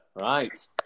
Right